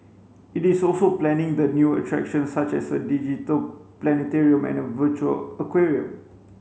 it is also planning the new attraction such as a digital planetarium and a virtual aquarium